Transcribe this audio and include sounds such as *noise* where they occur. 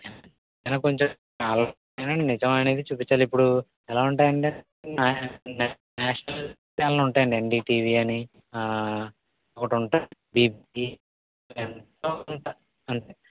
ఏమన్నా కొంచెం *unintelligible* నిజమనేది చూపించాలి ఇప్పుడు ఎలా ఉంటాయి అంటే *unintelligible* నేషనల్ ఛానెల్స్ ఉంటాయండి ఎన్డిటీవి అని ఒకటి ఉంటుంది బీబీసీ ఛానెల్ *unintelligible* ఉంటుంది అంతే